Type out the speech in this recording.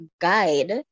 guide